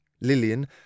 Lillian